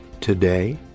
today